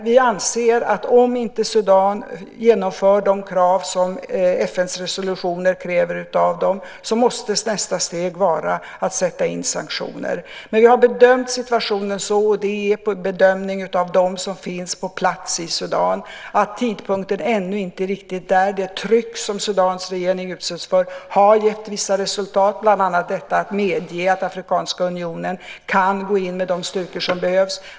Vi anser att om inte Sudan genomför de krav som FN:s resolutioner ställer, måste nästa steg vara att sätta in sanktioner. Men vi har bedömt situationen så, och det är på bedömning av dem som finns på plats i Sudan, att tidpunkten ännu inte riktigt är inne. Det tryck som Sudans regering utsätts för har gett vissa resultat, bland annat detta att man medger att Afrikanska unionen går in med de styrkor som behövs.